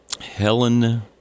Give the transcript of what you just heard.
Helen